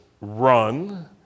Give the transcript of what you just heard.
run